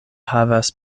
havas